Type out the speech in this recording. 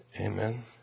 Amen